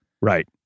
Right